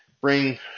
bring